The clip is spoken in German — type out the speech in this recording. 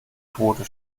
quote